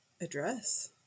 address